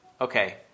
okay